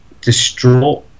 distraught